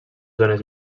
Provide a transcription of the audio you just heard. zones